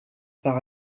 par